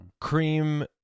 cream